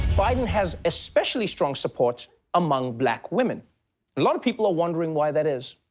biden has especially strong support among black women. a lot of people are wondering why that is.